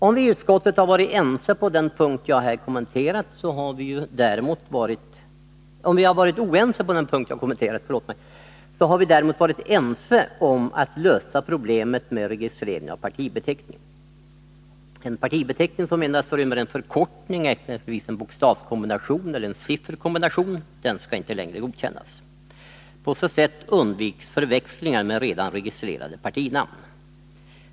Om vi i utskottet har varit oense på den punkt jag här kommenterat, så har vi däremot varit ense om att lösa problemet med registrering av partibeteckning. En partibeteckning som endast rymmer en förkortning, exempelvis en bokstavskombination eller en sifferkombination, skall inte längre godkännas. På så sätt undviks förväxlingar med redan registrerade partinamn.